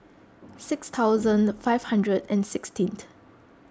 six thousand five hundred and sixteenth